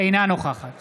אינה נוכחת